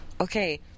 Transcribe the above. okay